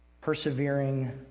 persevering